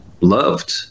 loved